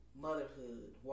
motherhood